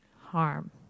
harm